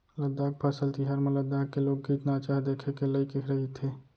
लद्दाख फसल तिहार म लद्दाख के लोकगीत, नाचा ह देखे के लइक रहिथे